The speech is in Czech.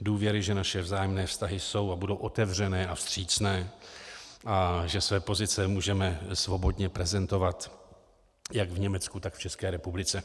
Důvěry, že naše vzájemné vztahy jsou a budou otevřené a vstřícné a že své pozice můžeme svobodně prezentovat jak v Německu, tak v České republice.